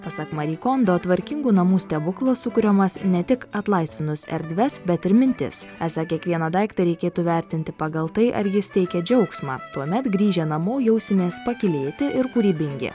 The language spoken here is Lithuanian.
pasak mari kondo tvarkingų namų stebuklas sukuriamas ne tik atlaisvinus erdves bet ir mintis esą kiekvieną daiktą reikėtų vertinti pagal tai ar jis teikia džiaugsmą tuomet grįžę namo jausimės pakylėti ir kūrybingi